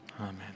Amen